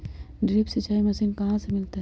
Drip सिंचाई machine कहाँ से मिलतै?